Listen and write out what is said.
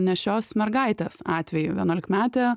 nėščios mergaitės atvejį vienuolikmetė